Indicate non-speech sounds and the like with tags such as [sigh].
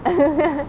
[laughs]